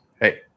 Hey